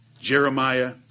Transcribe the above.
Jeremiah